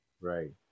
right